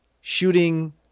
shooting